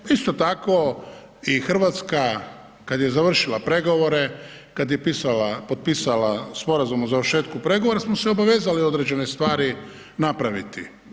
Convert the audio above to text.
Isto tako i Hrvatska kad je završila pregovore, kad je potpisala sporazum o završetku pregovora smo se obavezali određene stvari napraviti.